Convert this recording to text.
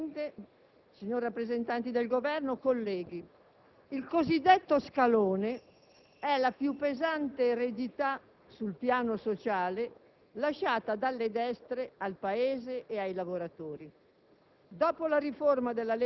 Signor Presidente, signori rappresentanti del Governo, colleghi, il cosiddetto scalone è la più pesante eredità, sul piano sociale, lasciata dalle destre al Paese e ai lavoratori.